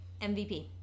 MVP